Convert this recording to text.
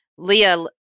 Leah